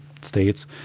states